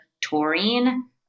taurine